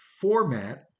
format